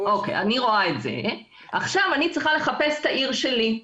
אני צריכה עכשיו לחפש את העיר שלי.